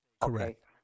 Correct